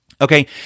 Okay